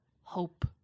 Hope